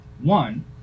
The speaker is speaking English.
One